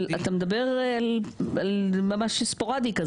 אתה מדבר ממש ספורדי.